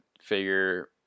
figure